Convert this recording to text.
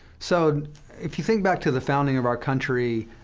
so if you think back to the founding of our country,